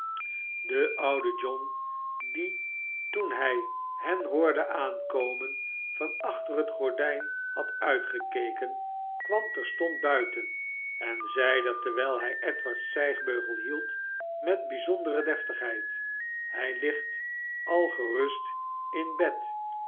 de oude john die toen hij hen hoorde aankomen van achter het gordijn had uitgekeken kwam terstond buiten en zeide terwijl hij edward's stijgbeugel hield met bijzondere deftigheid hij ligt al gerust in bed